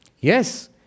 Yes